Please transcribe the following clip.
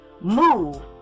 move